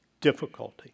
difficulty